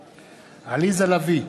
לביא,